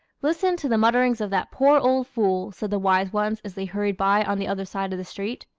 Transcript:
listen to the mutterings of that poor old fool said the wise ones as they hurried by on the other side of the street.